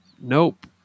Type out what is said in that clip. Nope